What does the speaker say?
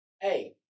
Hey